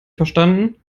verstanden